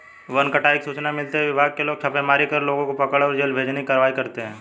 one कटाई की सूचना मिलते ही विभाग के लोग छापेमारी कर लोगों को पकड़े और जेल भेजने की कारवाई करते है